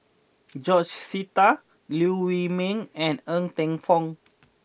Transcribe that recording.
George Sita Liew Wee Mee and Ng Teng Fong